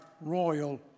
royal